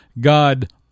God